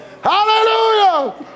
Hallelujah